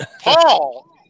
Paul